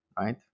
right